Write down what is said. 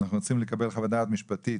אנחנו רוצים לקבל חוות דעת משפטית